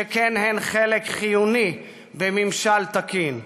שכן הן חלק חיוני בממשל תקין.